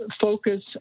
focus